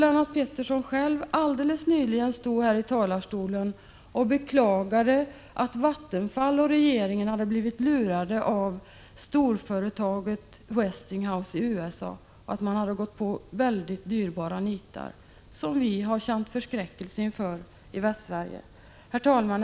Lennart Pettersson stod alldeles nyligen här i talarstolen och beklagade att Vattenfall och regeringen hade blivit lurade av storföretaget Westinghouse i USA och gått på mycket dyrbara nitar, som vi i Västsverige har känt förskräckelse inför. Herr talman!